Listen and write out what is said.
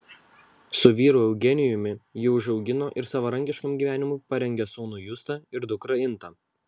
su vyru eugenijumi ji užaugino ir savarankiškam gyvenimui parengė sūnų justą ir dukrą intą